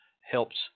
helps